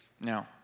Now